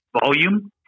volume